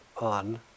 On